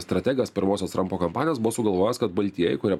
strategas pirmosios trampo kampanijos buvo sugalvojęs kad baltieji kurie